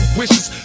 wishes